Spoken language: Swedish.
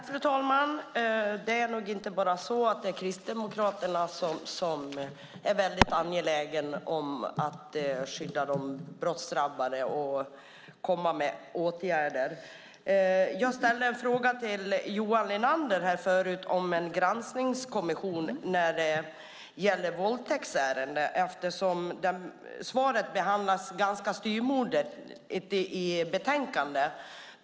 Fru talman! Det är nog inte bara kristdemokraterna som är väldigt angelägna om att skydda de brottsdrabbade och komma med åtgärder. Jag ställde förut en fråga till Johan Linander om en granskningskommission när det gäller våldtäktsärenden. Det är ett ganska styvmoderligt svar i betänkandet.